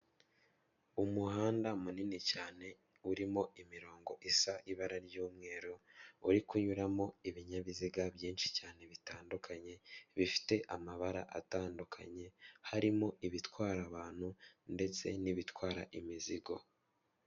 Umuhanda munini cyane urimo imirongo isa ibara ry'umweru, uri kunyuramo ibinyabiziga byinshi cyane bitandukanye bifite amabara atandukanye harimo ibitwara abantu ndetse n'ibitwara imizigo.